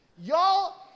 y'all